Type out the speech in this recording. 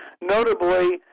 notably